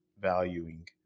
valuing